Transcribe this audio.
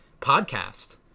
podcast